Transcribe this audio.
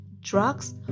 drugs